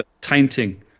tainting